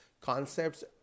concepts